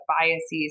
biases